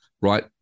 right